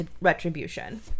retribution